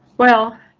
well,